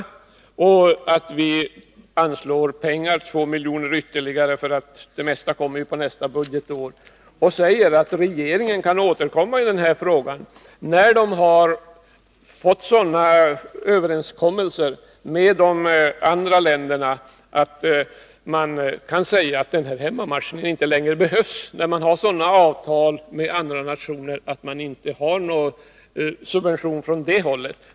Utskottet föreslår att för ändamålet anvisas ytterligare 2 milj.kr., eftersom det mesta kommer att löpa på nästa budgetår. Utskottet säger att regeringen kan återkomma i denna fråga med förslag på en avveckling av kreditstödet när det föreligger internationella överenskommelser som eliminerar behovet av stöd och det alltså finns sådana avtal med andra nationer som innebär att det inte utgår några subventioner från detta håll.